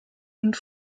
und